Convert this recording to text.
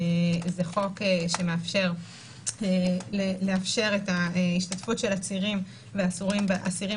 זה חוק שמאפשר לאפשר את השתתפות העצירים ואסירים